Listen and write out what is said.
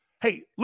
Hey